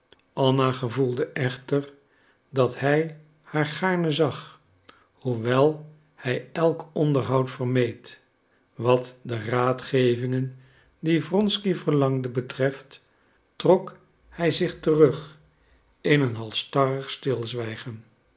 anna gevoelde echter dat hij haar gaarne zag hoewel hij elk onderhoud vermeed wat de raadgevingen die wronsky verlangde betreft trok hij zich terug in een halsstarrig stilzwijgen